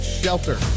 shelter